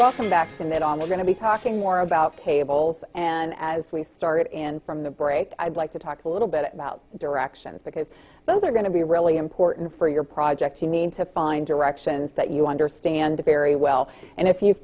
welcome back and then on the going to be talking more about cables and as we start in from the break i'd like to talk a little bit about directions because those are going to be really important for your project i mean to find directions that you understand very well and if